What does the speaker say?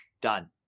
done